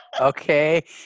Okay